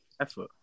effort